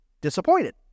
disappointed